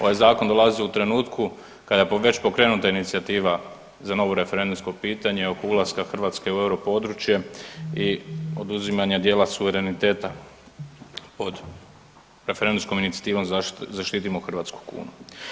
Ovaj zakon dolazi u trenutku kada je već pokrenuta inicijativa za novo referendumsko pitanje oko ulaska Hrvatske u euro područje i oduzimanja dijela suvereniteta od referendumskom inicijativom zaštitimo hrvatsku kunu.